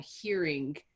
hearing